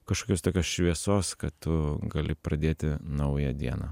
kažkokios tokios šviesos kad tu gali pradėti naują dieną